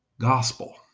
gospel